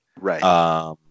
Right